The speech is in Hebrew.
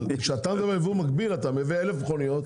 אבל כשאתה מדבר על יבוא מקביל אתה מביא 1,000 מכוניות,